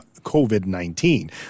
COVID-19